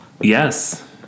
Yes